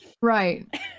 Right